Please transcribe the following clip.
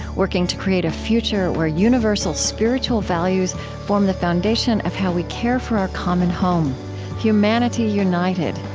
working to create a future where universal spiritual values form the foundation of how we care for our common home humanity united,